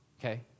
okay